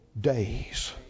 days